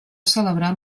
celebrar